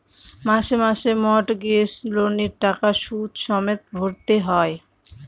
মাসে মাসে মর্টগেজ লোনের টাকা সুদ সমেত ভরতে হয়